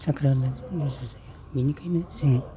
साख्रिआवलाजों रुजुजाया बिनिखायनो जों